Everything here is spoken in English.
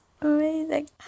Amazing